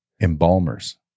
Embalmers